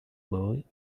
boy